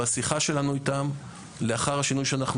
בשיחה שלנו איתם לאחר השינויים שאנחנו